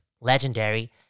legendary